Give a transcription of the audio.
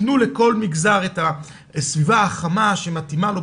תנו לכל מגזר את הסביבה החמה שמתאימה לו,